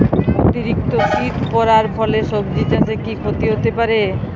অতিরিক্ত শীত পরার ফলে সবজি চাষে কি ক্ষতি হতে পারে?